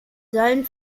sollen